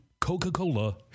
Coca-Cola